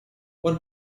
what